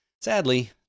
Sadly